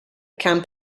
camp